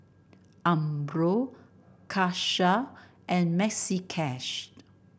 Umbro Karcher and Maxi Cash